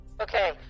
Okay